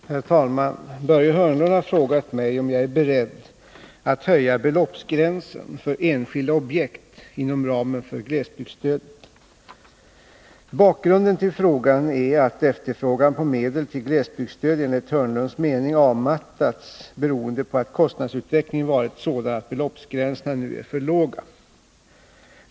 Herr talman! Börje Hörnlund har frågat mig om jag är beredd att höja beloppsgränsen för enskilda objekt inom ramen för glesbygdsstödet. Bakgrunden till frågan är att efterfrågan på medel till glesbygdsstöd, enligt Börje Hörnlunds mening, avmattats beroende på att kostnadsutvecklingen varit sådan att beloppsgränserna nu är för låga.